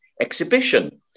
exhibition